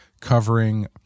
covering